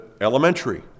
elementary